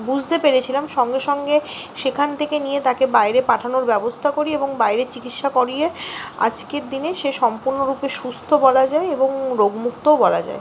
বুঝতে পেরেছিলাম সঙ্গে সঙ্গে সেখান থেকে নিয়ে তাকে বায়রে পাঠানোর ব্যবস্থা করি এবং বাইরের চিকিৎসা করিয়ে আজকের দিনে সে সম্পূর্ণরূপে সুস্থ বলা যায় এবং রোগ মুক্তও বলা যায়